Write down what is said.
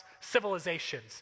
civilizations